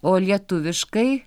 o lietuviškai